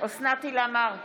אוסנת הילה מארק,